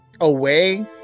away